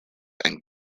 and